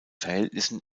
verhältnissen